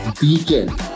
Beacon